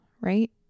right